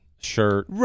shirt